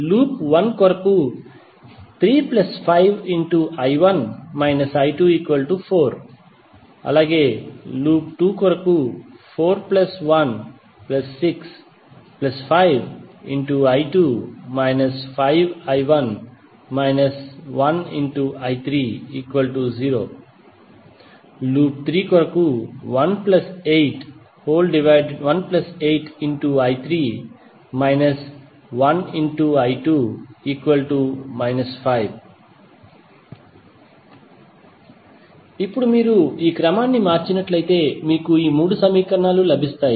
loop 1 కొరకు 3 5I1 − I2 4 loop 2 కొరకు 4 1 6 5I2 − I1 − I3 0 loop 3 కొరకు 1 8I3 − I2 −5 ఇప్పుడు మీరు క్రమాన్ని మార్చినట్లయితే మీకు ఈ 3 సమీకరణాలు లభిస్తాయి